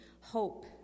hope